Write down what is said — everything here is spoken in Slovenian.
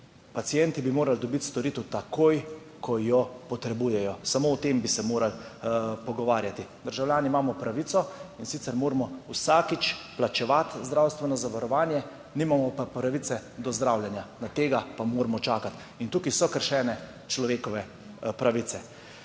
Pacienti bi morali dobiti storitev takoj, ko jo potrebujejo. Samo o tem bi se morali pogovarjati. Državljani imamo pravico, in sicer moramo vsakič plačevati zdravstveno zavarovanje, nimamo pa pravice do zdravljenja, na tega pa moramo čakati. In tukaj so kršene človekove pravice.